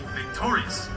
victorious